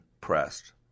pressed